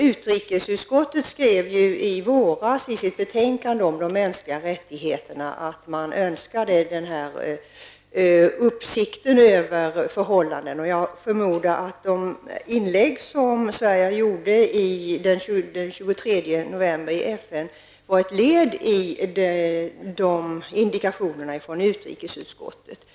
Utrikesutskottet skrev i våras i sitt betänkande om de mänskliga rättigheterna att man önskade en uppsikt över förhållandena, och jag förmodar att de inlägg som Sverige gjorde i FN den 23 november var ett led i de signaler som utrikesutskottet avsåg.